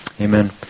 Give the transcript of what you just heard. Amen